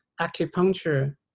Acupuncture